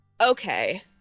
okay